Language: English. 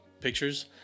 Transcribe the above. pictures